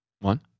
One